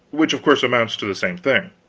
which, of course, amounts to the same thing.